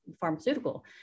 pharmaceutical